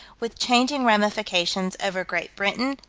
with changing ramifications, over great britain,